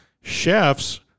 chefs